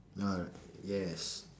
no yes